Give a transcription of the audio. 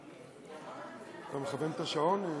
אתה מכוון את השעון?